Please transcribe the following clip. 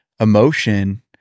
emotion